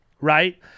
Right